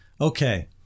Okay